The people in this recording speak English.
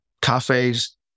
cafes